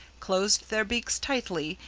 closed their beaks tightly,